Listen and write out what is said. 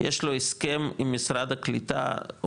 יש לו הסכם עם משרד הקליטה,